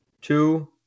Two